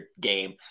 game